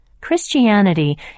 Christianity